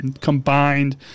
combined